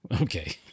Okay